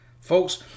Folks